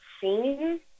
seen